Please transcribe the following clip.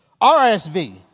RSV